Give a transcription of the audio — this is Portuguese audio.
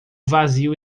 vazio